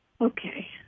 Okay